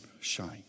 shine